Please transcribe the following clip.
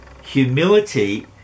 Humility